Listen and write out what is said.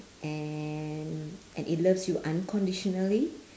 and and it loves you unconditionally